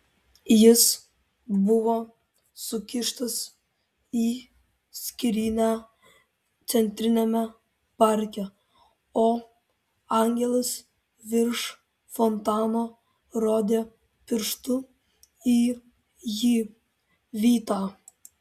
jis buvo sukištas į skrynią centriniame parke o angelas virš fontano rodė pirštu į jį vitą